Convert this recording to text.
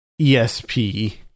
ESP